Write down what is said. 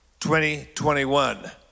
2021